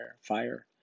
fire